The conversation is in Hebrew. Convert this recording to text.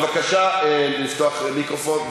בבקשה לפתוח מיקרופון.